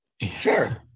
Sure